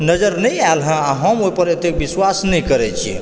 नजर नहि आयल हँ आ हम ओहि पर एतेक विश्वास नहि करैत छियै